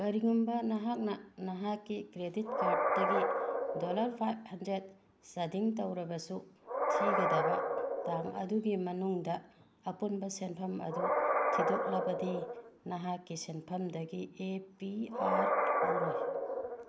ꯀꯔꯤꯒꯨꯝꯕ ꯅꯍꯥꯛꯅ ꯅꯍꯥꯛꯀꯤ ꯀ꯭ꯔꯤꯗꯤꯠ ꯀꯥꯔ꯭ꯗꯇꯒꯤ ꯗꯣꯜꯂ꯭ꯔ ꯐꯥꯏꯚ ꯍꯟꯗ꯭ꯔꯦꯠ ꯆꯥꯗꯤꯡ ꯇꯧꯔꯕꯁꯨ ꯊꯤꯒꯗꯕ ꯇꯥꯡ ꯑꯗꯨꯒꯤ ꯃꯅꯨꯡꯗ ꯑꯄꯨꯟꯕ ꯁꯦꯟꯐꯝ ꯑꯗꯨ ꯊꯤꯗꯣꯛꯂꯕꯗꯤ ꯅꯍꯥꯛꯀꯤ ꯁꯦꯟꯐꯝꯗꯒꯤ ꯑꯦ ꯄꯤ ꯑꯥꯔ ꯂꯧꯔꯣꯏ